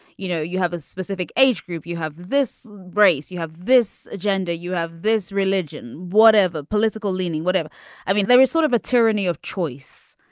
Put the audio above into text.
you know you have a specific age group you have this brace you have this agenda you have this religion whatever political leaning whatever i mean there is sort of a tyranny of choice.